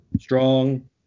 strong